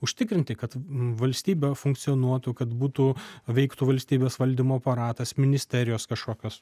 užtikrinti kad valstybė funkcionuotų kad būtų veiktų valstybės valdymo aparatas ministerijos kažkokios